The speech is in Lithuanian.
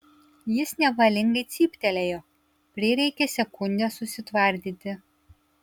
jis nevalingai cyptelėjo prireikė sekundės susitvardyti